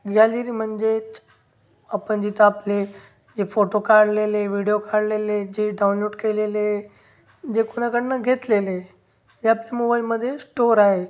gallery म्हणजेच आपन जिथं आपले जे फोटो काढलेले विडिओ काढलेले जे डाऊनलोड केलेले जे कोणाकडन घेतलेले हे आपल्या मोबाईलमध्ये स्टोअर आहे